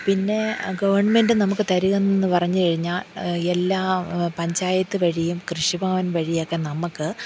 പിന്നെ ഗവൺമെൻറ് നമുക്ക് തരികയെന്ന് പറഞ്ഞു കഴിഞ്ഞാൽ എല്ലാ പഞ്ചായത്ത് വഴിയും കൃഷിഭവൻ വഴിയൊക്കെ നമുക്ക്